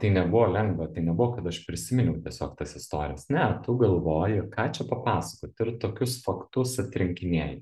tai nebuvo lengva tai nebuvo kad aš prisiminiau tiesiog tas istorijas ne tu galvoji ką čia papasakot ir tokius faktus atrinkinėji